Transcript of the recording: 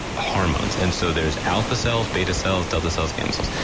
hormones. and so there's alpha cells, beta cells, delta cells, gamma cells,